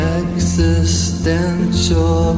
existential